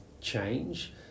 change